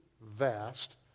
vast